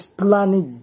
planning